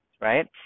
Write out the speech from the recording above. right